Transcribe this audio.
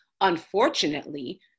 Unfortunately